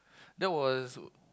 that was